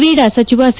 ಕ್ರೀಡಾ ಸಚಿವ ಸಿ